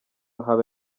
habe